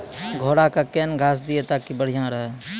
घोड़ा का केन घास दिए ताकि बढ़िया रहा?